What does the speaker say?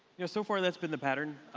you know so far that's been the pattern.